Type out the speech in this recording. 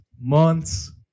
months